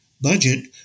budget